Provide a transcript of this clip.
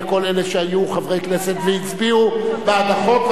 לכל אלה שהיו חברי כנסת והצביעו בעד החוק,